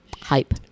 hype